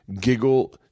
giggle